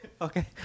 Okay